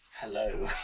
...hello